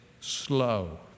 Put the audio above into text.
slow